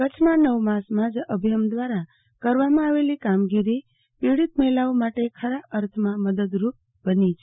કચ્છમાં નવ માસમાં જ અભયમ દ્રારા કરવામાં આવેલી કામગીરી પીડીત મહિલાઓ માટે ખરા અર્થમાં મદદરૂપ બની છે